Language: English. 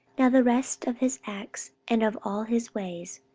now the rest of his acts and of all his ways,